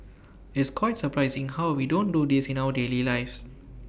it's quite surprising how we don't do this in our daily lives